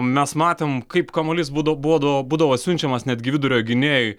mes matėm kaip kamuolys budo būda būdavo siunčiamas netgi vidurio gynėjui